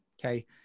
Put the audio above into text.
Okay